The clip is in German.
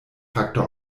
faktor